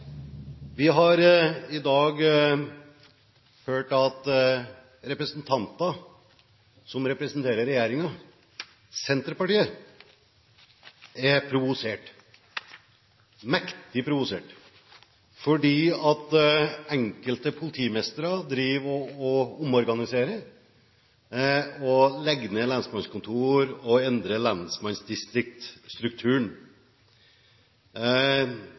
Vi har i dag hørt at representanter fra et parti som representerer regjeringen, Senterpartiet, er provosert – mektig provosert, fordi enkelte politimestre driver og omorganiserer og legger ned lensmannskontor og